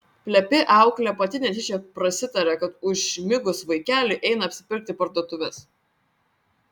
plepi auklė pati netyčia prasitarė kad užmigus vaikeliui eina apsipirkti į parduotuves